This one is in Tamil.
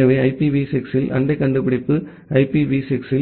எனவே ஐபிவி 6 இல் அண்டை கண்டுபிடிப்பு ஐபிவி 4